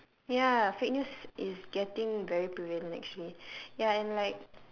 ya fake news is getting very prevalent actually ya and like